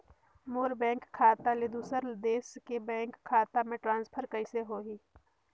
मोर bank खाता ले दुसर देश के बैंक खाता मे ट्रांसफर कइसे होही?